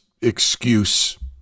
excuse